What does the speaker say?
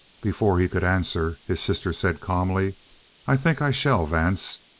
before he could answer, his sister said calmly i think i shall, vance.